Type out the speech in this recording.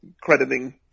crediting